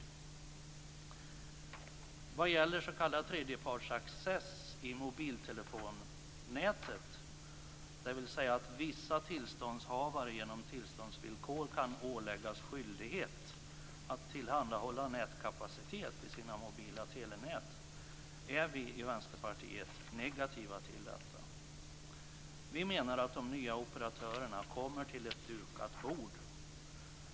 När det gäller s.k. tredjepartsaccess i mobiltelefonnätet, dvs. att vissa tillståndshavare genom tillståndsvillkor kan åläggas skyldighet att tillhandahålla nätkapacitet i sina mobila telenät, är vi i Vänsterpartiet negativa. Vi menar att de nya operatörerna kommer till ett dukat bord.